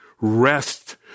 Rest